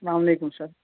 اسلام علیکُم سَر